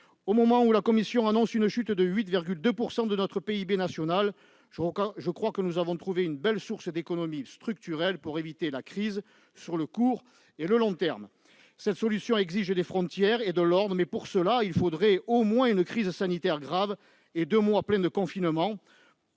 Au moment où la Commission annonce une chute de 8,2 % de notre PIB, je crois que nous avons trouvé une belle source d'économie structurelle pour éviter la crise, sur le court et le long terme. Cette solution exige des frontières et de l'ordre, mais, pour cela, il faudrait au moins une crise sanitaire grave et deux mois pleins de confinement